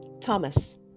Thomas